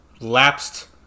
lapsed